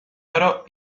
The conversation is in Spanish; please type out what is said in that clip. oro